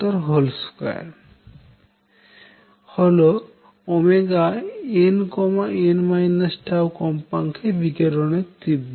2 হল nn τ কম্পাঙ্কে বিকিরণের তীব্রতা